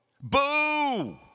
Boo